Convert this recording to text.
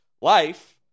life